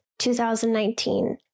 2019